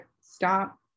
stop